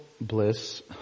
bliss